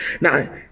Now